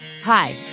Hi